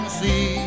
see